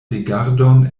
rigardon